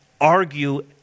argue